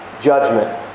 judgment